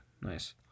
Nice